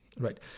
right